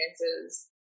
experiences